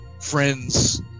friends